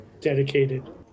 dedicated